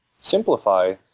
simplify